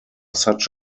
such